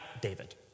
David